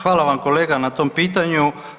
Hvala vam kolega na tom pitanju.